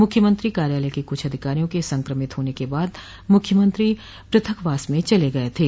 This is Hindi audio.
मुख्यमंत्री कार्यालय के कुछ अधिकारियों के संक्रमित होने के बाद मुख्यमंत्री पृथकवास में चले गए थे